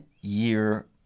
year